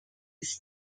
ist